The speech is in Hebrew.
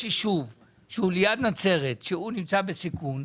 ישוב לידו שנמצא בסיכון?